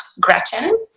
Gretchen